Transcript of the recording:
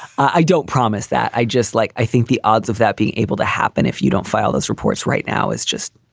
i don't promise that. i just like i think the odds of that being able to happen if you don't file those reports right now is just